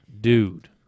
Dude